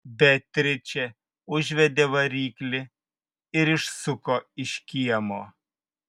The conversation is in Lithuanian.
beatričė užvedė variklį ir išsuko iš kiemo